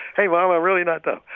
hey, mom, i'm really not dumb.